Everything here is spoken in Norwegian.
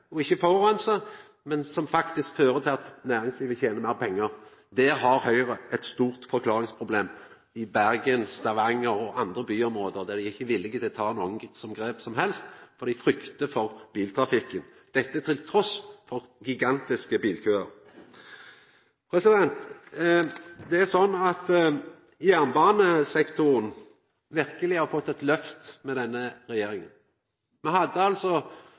og ikkje forureinar, men som faktisk fører til at næringslivet tener meir pengar. Der har Høgre eit stort forklaringsproblem. I Bergen, i Stavanger og i andre byområde er dei ikkje villige til å ta nokon grep som helst, for dei fryktar for biltrafikken – trass i gigantiske bilkøar. Det er slik at jernbanesektoren verkeleg har fått eit lyft med denne regjeringa. Me hadde